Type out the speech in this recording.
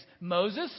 Moses